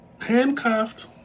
handcuffed